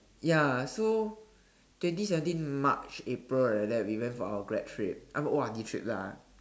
ya so twenty seventeen March April like that we went for our grad trip our O_R_D trips lah